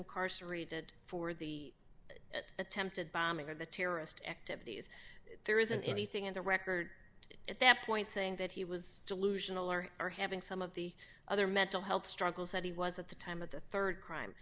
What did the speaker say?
incarcerated for the attempted bombing of the terrorist activities there isn't anything in the record at that point saying that he was delusional or are having some of the other mental health struggles that he was at the time of the rd crime